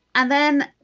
and then,